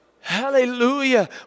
Hallelujah